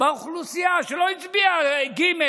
באוכלוסייה שלא הצביעה ג',